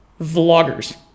vloggers